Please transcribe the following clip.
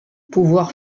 pouvoir